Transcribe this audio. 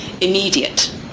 immediate